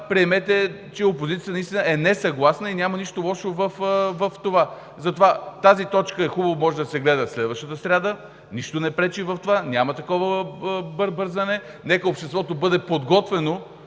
приемете, че опозицията е несъгласна и няма нищо лошо в това. Тази точка може да се гледа следващата сряда – нищо не пречи, няма такова бързане. Нека обществото да бъде подготвено